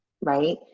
right